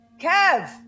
Kev